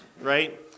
right